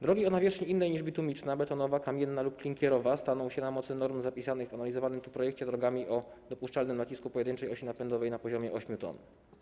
Drogi o nawierzchni innej niż bitumiczna, betonowa, kamienna lub klinkierowa staną się na mocy norm zapisanych w analizowanym tu projekcie drogami o dopuszczalnym nacisku pojedynczej osi napędowej na poziomie 8 t.